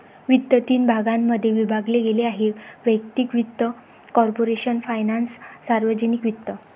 वित्त तीन भागांमध्ये विभागले गेले आहेः वैयक्तिक वित्त, कॉर्पोरेशन फायनान्स, सार्वजनिक वित्त